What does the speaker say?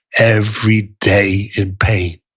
every day in pain.